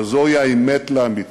אבל זוהי האמת לאמיתה: